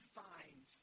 find